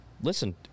listen